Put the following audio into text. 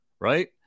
right